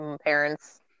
parents